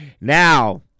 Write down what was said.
Now